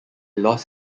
lost